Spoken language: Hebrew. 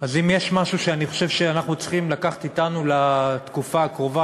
אז אם יש משהו שאני חושב שאנחנו צריכים לקחת אתנו לתקופה הקרובה,